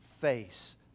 face